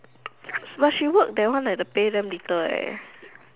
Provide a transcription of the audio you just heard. but she work that one the pay damn little leh